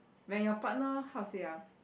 when your partner how to say ah